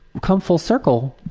come full circle,